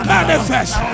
Manifest